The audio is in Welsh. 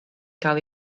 cael